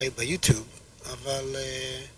היי ביוטיוב, אבל אההה